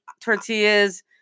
tortillas